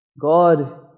God